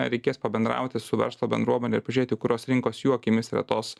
reikės pabendrauti su verslo bendruomene ir pažiūrėti kurios rinkos jų akimis yra tos